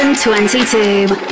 2022